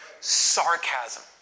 Sarcasm